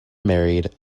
married